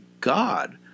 God